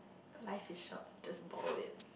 life is short just bowl it